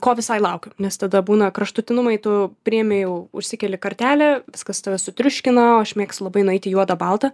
ko visai laukiu nes tada būna kraštutinumai tu priimi jau užsikeli kartelę viskas tave sutriuškina o aš mėgstu labai nueiti į juoda balta